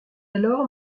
alors